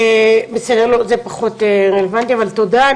בסדר, לא זה פחות רלוונטי, אבל תודה.